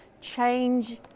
change